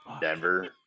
Denver